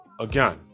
again